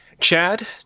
chad